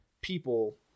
people